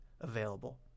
available